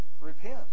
Repent